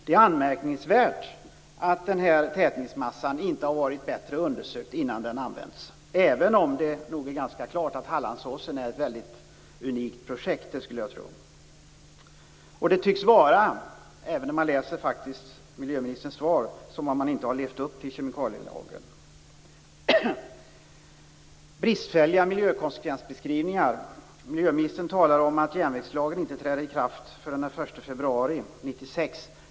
Det är anmärkningsvärt att tätningsmassan inte har varit bättre undersökt innan den använts, även om den nog är ganska klart att bygget vid Hallandsåsen är ett väldigt unikt projekt. Det tycks vara - även om man läser miljöministerns svar - som att man inte har levt upp till kemikalielagen. Det är bristfälliga miljökonsekvensbeskrivningar. Miljöministern talar om att järnvägslagen inte trädde i kraft förrän den 1 februari 1996.